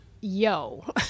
yo